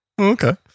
Okay